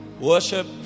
worship